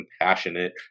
compassionate